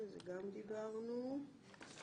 היה